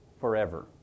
forever